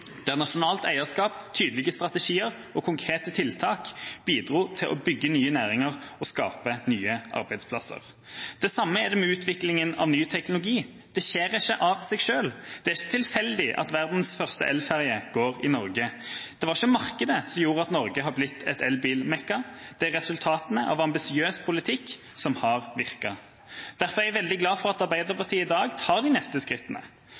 nasjonalt eierskap, tydelige strategier og konkrete tiltak bidro til å bygge nye næringer og skape nye arbeidsplasser. Det samme er det med utviklingen av ny teknologi – den skjer ikke av seg selv. Det er ikke tilfeldig at verdens første elferge går i Norge. Det er ikke markedet som har gjort at Norge har blitt et elbil-mekka. Det er resultatene av ambisiøs politikk, som har virket. Derfor er jeg veldig glad for at Arbeiderpartiet i dag tar de neste skrittene.